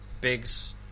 Biggs